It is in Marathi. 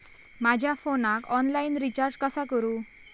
माझ्या फोनाक ऑनलाइन रिचार्ज कसा करू?